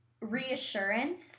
reassurance